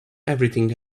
everything